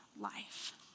life